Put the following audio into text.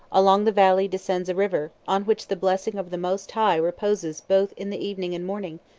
along the valley descends a river, on which the blessing of the most high reposes both in the evening and morning,